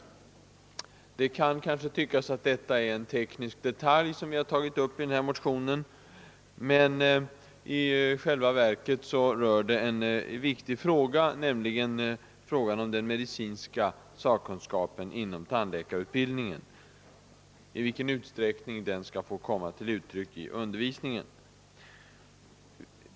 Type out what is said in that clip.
Det kan kanske tyckas att det är en teknisk detalj, som vi har tagit upp i denna motion, men i själva verket rör det en viktig fråga, nämligen i vilken utsträckning medicinsk sakkunskap skall komma till uttryck i tandläkarutbildningen.